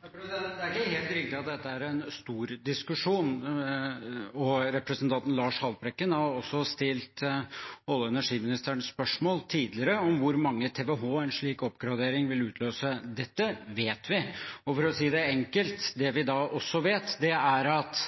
Det er ikke helt riktig at dette er en stor diskusjon. Representanten Lars Haltbrekken har stilt olje- og energiministeren spørsmål tidligere om hvor mange TWh en slik oppgradering vil utløse. Dette vet vi, og for å si det enkelt: Det vi da også vet, er at